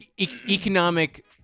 Economic